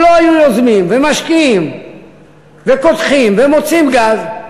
אם לא היו יוזמים ומשקיעים וקודחים ומוצאים גז,